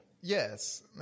Yes